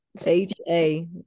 H-A